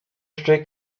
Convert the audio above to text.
strike